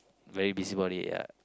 very busy body ya